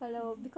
mm mm